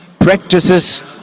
practices